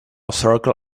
circle